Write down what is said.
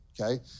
okay